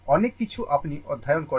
অনেক কিছু আপনি অধ্যয়ন করেছেন